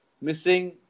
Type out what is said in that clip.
missing